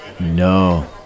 No